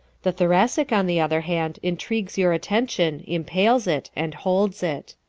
the thoracic, on the other hand, intrigues your attention, impales it, and holds it.